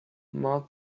marked